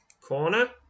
corner